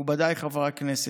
מכובדיי חברי הכנסת,